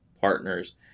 partners